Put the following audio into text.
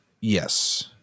Yes